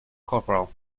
corporal